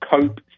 COPE